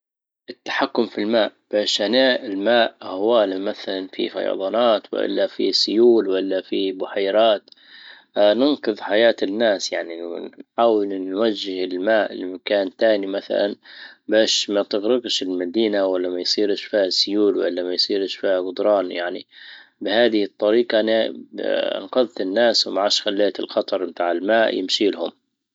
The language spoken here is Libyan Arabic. التحكم في الماء. باش انا الماء مثلا في فيضانات والا في سيول ولا في بحيرات. ننقذ حياة الناس يعني نحاول نوجه الماء لمكان تاني مثلا باش ما تغرقش المدينة ولا ما يصيرش فيها سيول ولا ما يصيرش فيها غدران. يعني بهذه الطريقة انا انقذت الناس وما عادش خليت الخطر بتاع الماء يمشي لهم.